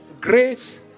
Grace